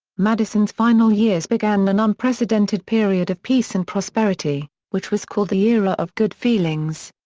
madison's final years began an unprecedented period of peace and prosperity, which was called the era of good feelings.